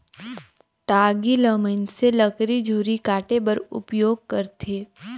टागी ल मइनसे लकरी झूरी काटे बर उपियोग करथे